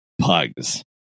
Pugs